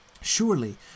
Surely